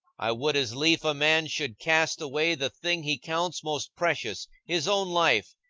i would as lief a man should cast away the thing he counts most precious, his own life,